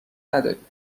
ندارید